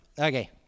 Okay